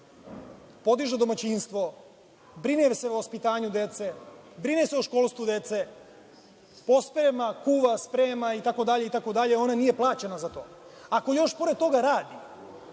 podiže domaćinstvo, brine se o vaspitanju dece, brine se o školstvu dece, posprema, kuva, sprema itd, itd, ona nije plaćena za to. Ako još pored toga radi,